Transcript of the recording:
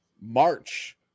March